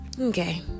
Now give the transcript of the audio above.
Okay